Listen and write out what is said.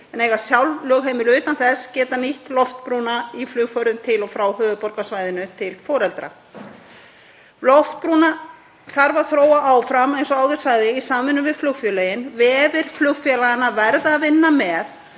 en eiga sjálf lögheimili utan þess, geta nýtt hana í flugferðir til og frá höfuðborgarsvæðinu til foreldra. Loftbrúna þarf að þróa áfram eins og áður sagði í samvinnu við flugfélögin. Vefir flugfélaganna verða að vinna með.